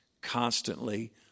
constantly